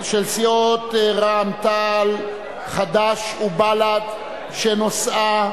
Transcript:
סיעות רע"ם-תע"ל, חד"ש ובל"ד שנושאה: